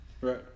right